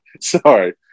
Sorry